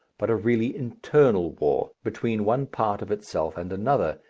but a really internal war between one part of itself and another,